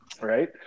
right